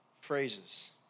phrases